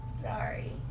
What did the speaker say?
sorry